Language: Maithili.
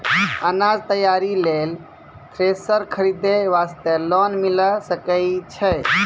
अनाज तैयारी लेल थ्रेसर खरीदे वास्ते लोन मिले सकय छै?